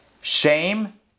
Shame